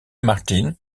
martin